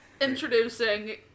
Introducing